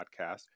podcast